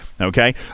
okay